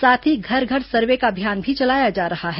साथ ही घर घर सर्वे का अभियान भी चलाया जा रहा है